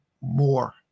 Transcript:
more